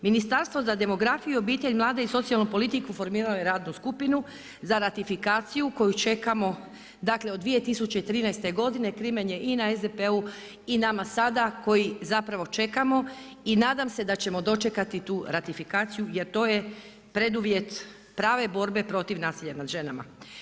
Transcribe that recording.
Ministarstvo za demografiju, obitelj, mlade i socijalnu politiku formiralo je radnu skupinu za ratifikaciju koju čekamo dakle od 2013. godine, crimen je i na SDP-u i na nama sada, koji zapravo sada čekamo i nadam se da ćemo dočekati tu ratifikaciju jer to je preduvjet prave borbe protiv nasilja nad ženama.